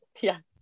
Yes